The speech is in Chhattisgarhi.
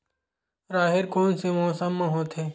राहेर कोन से मौसम म होथे?